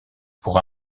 pour